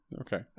Okay